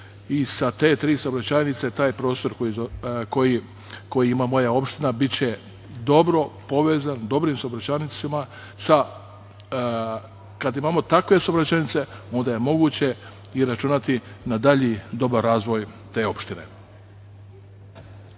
Sa te tri saobraćajnice, taj prostor koji ima moja opština biće dobro povezan dobrim saobraćajnicama. Kad imamo takve saobraćajnice, onda je moguće i računati na dalji dobar razvoj te opštine. Mislim